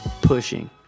pushing